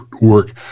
work